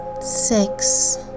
six